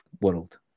world